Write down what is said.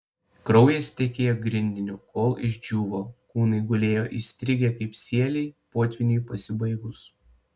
kraujas tekėjo grindiniu kol išdžiūvo kūnai gulėjo įstrigę kaip sieliai potvyniui pasibaigus